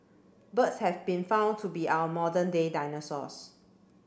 birds have been found to be our modern day dinosaurs